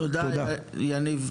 תודה תודה יניב.